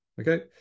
Okay